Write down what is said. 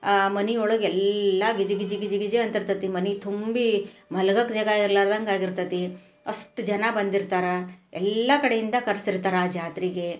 ಮನೆ ಒಳಗೆಲ್ಲ ಗಿಜಿ ಗಿಜಿ ಗಿಜಿ ಗಿಜಿ ಅಂತಿರ್ತತೆ ಮನೆ ತುಂಬಿ ಮಲಗಕೆ ಜಾಗ ಇರ್ಲಾರ್ದಂಗೆ ಆಗಿರ್ತತೆ ಅಷ್ಟು ಜನ ಬಂದಿರ್ತಾರೆ ಎಲ್ಲ ಕಡೆಯಿಂದ ಕರ್ಸಿರ್ತಾರೆ ಜಾತ್ರೆಗೆ